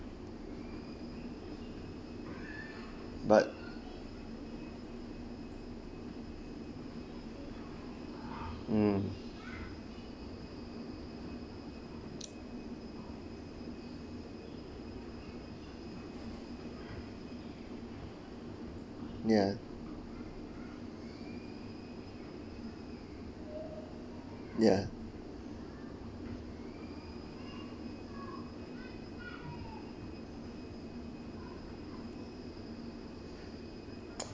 but mm ya ya